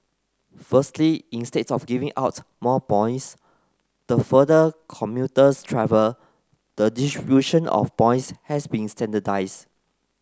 firstly instead of giving out more points the further commuters travel the distribution of points has been standardised